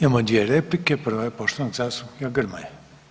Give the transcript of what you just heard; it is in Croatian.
Imamo dvije replike, prva je poštovanog zastupnika Grmoje.